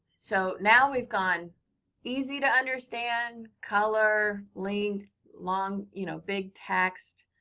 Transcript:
so now, we've gone easy to understand. color, length, long, you know, big text,